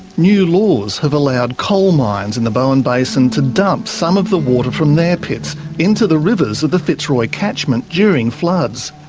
new laws have allowed coal mines in the bowen basin to dump some of the water from their pits into the rivers of the fitzroy catchment during floods.